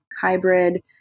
hybrid